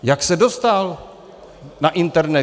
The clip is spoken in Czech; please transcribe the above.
Jak se dostal na internet?